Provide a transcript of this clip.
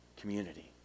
community